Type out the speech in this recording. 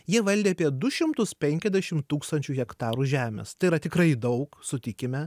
jie valdė apie du šimtus penkedešim tūkstančių hektarų žemės tai yra tikrai daug sutikime